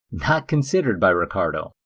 not considered by ricardo,